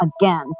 again